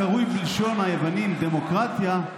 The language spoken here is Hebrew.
הקרוי בלשון היוונים דמוקרטיה,